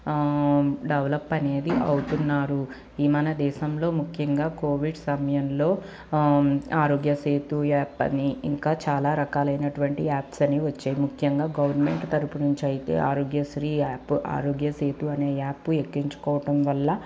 develop అనేది అవుతున్నారు ఈ మన దేశంలో ముఖ్యంగా కోవిడ్ సమయంలో ఆరోగ్యసేతు యాప్ అని ఇంకా చాలా రకాలైనటువంటి యాప్స్ అనేవి వచ్చేయి ముఖ్యంగా గవర్నమెంట్ తరుపు నుంచైతే ఆరోగ్యశ్రీ యాప్ ఆరోగ్యసేతు అనే యాపు ఎక్కించుకోవటం వల్ల